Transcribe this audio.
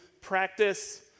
practice